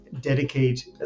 dedicate